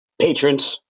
Patrons